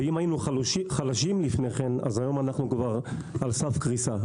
ואם היינו חלשים לפני כן אז היום אנחנו כבר על סף קריסה.